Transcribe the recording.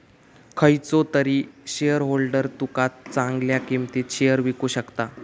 खयचो तरी शेयरहोल्डर तुका चांगल्या किंमतीत शेयर विकु शकता